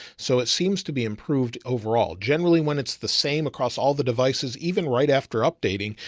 so it seems to be improved overall generally when it's the same across all the devices, even right after updating,